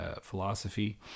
philosophy